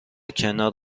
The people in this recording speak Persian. کنار